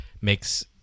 makes